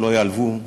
שלא ייעלבו.